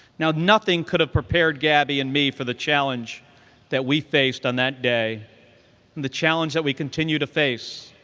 now, nothing could have prepared gabby and me for the challenge that we faced on that day the challenge that we continue to face,